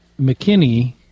McKinney